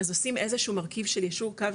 אז עושים איזשהו מרכיב של יישוב קו פנימי.